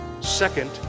Second